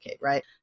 right